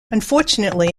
unfortunately